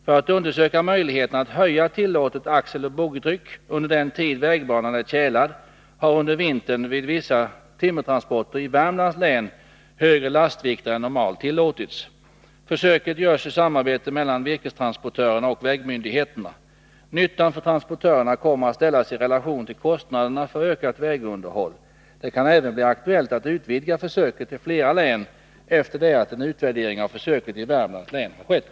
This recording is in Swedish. För att undersöka möjligheterna att höja tillåtet axeloch boggitryck under den tid vägbanan är tjälad har under vintern vid vissa timmertransporter i Värmlands län högre lastvikter än normalt tillåtits. Försöket görs i samarbete mellan virkestransportörerna och vägmyndigheterna. Nyttan för transportörerna kommer att ställas i relation till kostnaderna för ökat vägunderhåll. Det kan även bli aktuellt att utvidga försöket till fler län, efter det att en utvärdering av försöket i Värmlands län har skett.